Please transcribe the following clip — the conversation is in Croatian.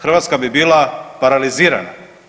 Hrvatska bi bila paralizirana.